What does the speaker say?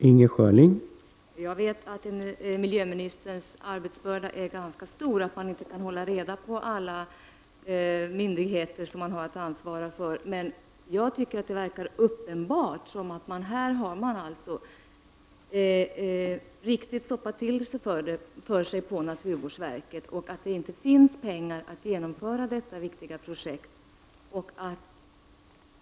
Herr talman! Jag vet att miljöministerns arbetsbörda är ganska stor, och jag förstår att man inte kan hålla reda på alla myndigheter som man har att ansvara för. Men jag tycker att det verkar uppenbart att man på naturvårdsverket här riktigt har trasslat till det för sig och att det inte finns pengar att genomföra detta viktiga projekt.